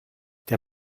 der